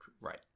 Right